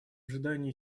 ожидании